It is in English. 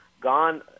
gone